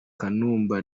kanumba